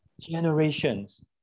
Generations